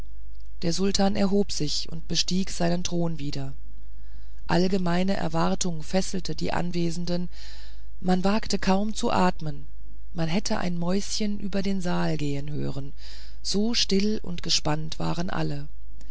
der sultan erhob sich und bestieg seinen thron wieder allgemeine erwartung fesselte die anwesenden man wagte kaum zu atmen man hätte ein mäuschen über den saal gehen hören so still und gespannt waren alle